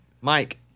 Mike